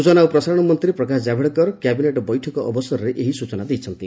ସୂଚନା ଓ ପ୍ରସାରଣ ମନ୍ତ୍ରୀ ପ୍ରକାଶ ଜାବଡେକର କ୍ୟାବିନେଟ୍ ବୈଠକ ଅବସରରେ ଏହି ସୂଚନା ଦେଇଛନ୍ତି